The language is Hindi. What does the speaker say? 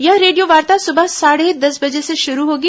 यह रेडियोवार्ता सुबह साढ़े दस बजे शुरू होगी